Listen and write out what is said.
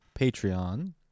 Patreon